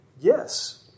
Yes